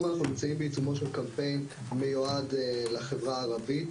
אנחנו נמצאים בעיצומו של קמפיין המיועד לחברה הערבית,